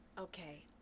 Okay